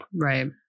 right